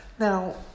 Now